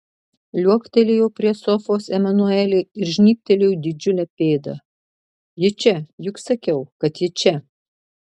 liuoktelėjo prie sofos emanuelė ir žnybtelėjo didžiulę pėdą ji čia juk sakiau kad ji čia